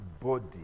body